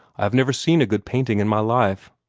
i have never seen a good painting in my life.